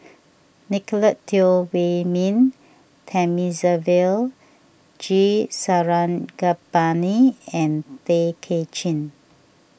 Nicolette Teo Wei Min Thamizhavel G Sarangapani and Tay Kay Chin